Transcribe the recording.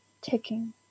ticking